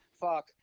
fuck